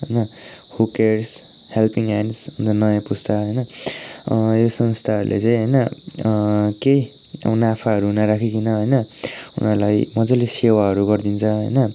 होइन who cares helping hands अन्त नयाँ पुस्ता होइन यो संस्थाहरूले चाहिँ होइन केही अब नाफाहरू नराखिकन होइन उनीहरूलाई मजाले सेवाहरू गरिदिन्छ होइन